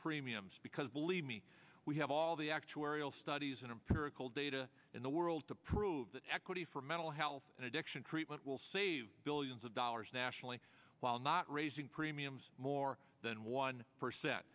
premiums because believe me we have all the actuarial studies and empirical data in the world to prove that equity for mental health and addiction treatment will save billions of dollars nationally while not raising premiums more than one percent